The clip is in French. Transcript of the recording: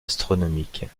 astronomiques